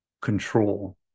control